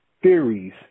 Theories